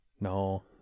No